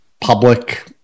public